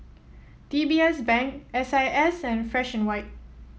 D B S Bank S I S and Fresh And White